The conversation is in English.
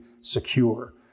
secure